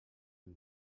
amb